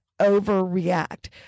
overreact